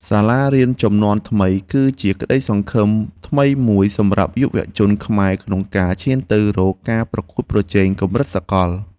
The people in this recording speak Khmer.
សាលារៀនជំនាន់ថ្មីគឺជាក្តីសង្ឃឹមថ្មីមួយសម្រាប់យុវជនខ្មែរក្នុងការឈានទៅរកការប្រកួតប្រជែងកម្រិតសកល។